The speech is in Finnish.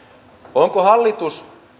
onko hallitus